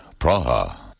Praha